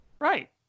Right